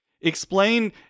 Explain